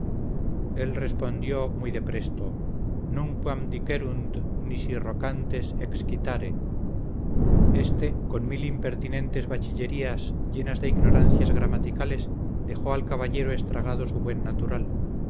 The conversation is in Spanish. el respondió muy de presto numquam dicerunt nisi rocantes excitare este con mil impertinentes bachillerías llenas de ignorancias gramaticales dejó al caballero estragado su buen natural